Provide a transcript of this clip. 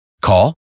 Call